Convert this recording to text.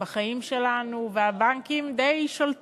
סוד שבנקים הם חלק אינהרנטי בחיים שלנו והבנקים די שולטים.